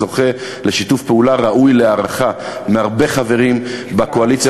זוכה לשיתוף פעולה ראוי להערכה מהרבה חברים מהקואליציה.